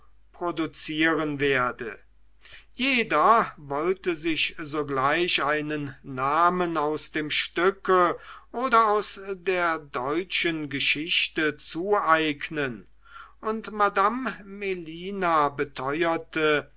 produzieren werde jeder wollte sich sogleich einen namen aus dem stücke oder aus der deutschen geschichte zueignen und madame melina beteuerte